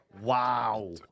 Wow